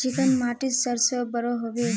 Chicken माटित सरसों बढ़ो होबे?